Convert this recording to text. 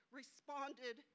responded